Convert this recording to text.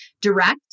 direct